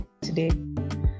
today